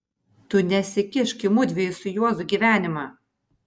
tu nesikišk į mudviejų su juozu gyvenimą